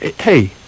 hey